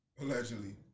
Allegedly